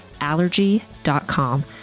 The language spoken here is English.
Allergy.com